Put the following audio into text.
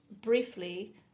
briefly